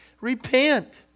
repent